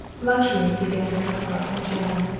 luxuries began to come across the channel,